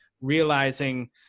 realizing